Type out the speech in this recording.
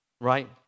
right